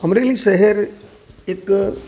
અમરેલી શહેર એક